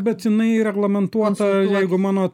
bet jinai reglamentuota jeigu mano